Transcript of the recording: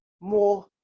more